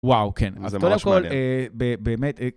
וואו, כן. אז קודם כל, באמת...